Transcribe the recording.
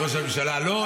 את ראש הממשלה --- לא,